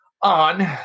on